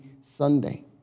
Sunday